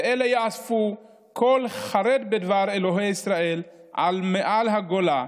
ואלי יאספו כל חרד בדברי אלהי ישראל על מעל הגולה,